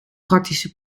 praktische